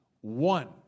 one